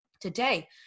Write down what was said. today